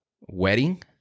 wedding